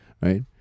Right